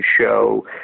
show